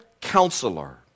counselor